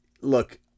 look